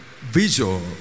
visual